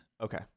Okay